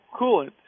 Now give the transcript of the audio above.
coolant